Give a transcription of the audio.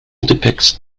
depicts